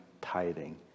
tithing